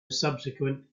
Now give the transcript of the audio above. subsequent